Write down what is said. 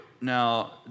Now